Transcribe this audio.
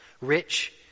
rich